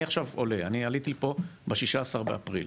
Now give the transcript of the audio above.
אני עכשיו עולה, אני עליתי לפה ב-16 באפריל,